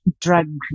drug